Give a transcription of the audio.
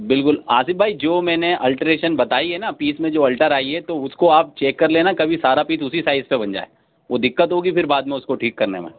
بالکل آصف بھائی جو میں نے الٹریشن بتائی ہے نا پیس میں جو الٹر آئی ہے تو اُس کو آپ چیک کر لینا کبھی سارا پیس اُسی سائز کا بن جائے وہ دقت ہوگی پھر بعد میں اُس کو ٹھیک کرنے میں